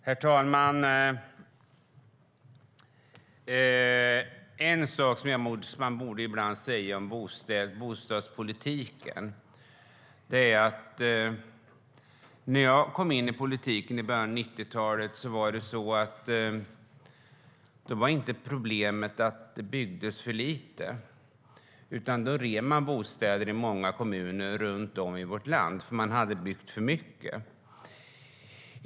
Herr talman! Jag ska ta upp en sak som ibland borde sägas om bostadspolitiken. När jag kom in i politiken i början av 90-talet var problemet inte att det byggdes för lite. Då revs bostäder i många kommuner runt om i vårt land för att det hade byggts för mycket.